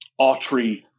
Autry